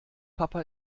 papa